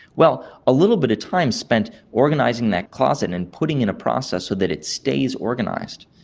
well, a little bit of time spent organising that closet and putting in a process so that it stays organised,